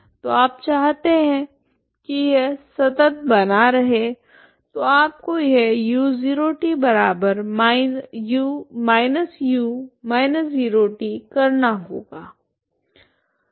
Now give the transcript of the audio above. तो आप चाहते हैं कि यह संतत बना रहे तो आपको यह u 0t −u−0t करना होगा